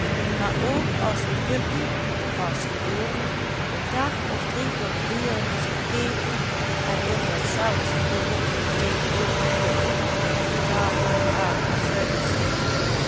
maar ook als het puppie de pasgeborene een dag of drie door de buren is gekeken en in deszelfs bewonderde tegenwoordigheid het betamelijk aantal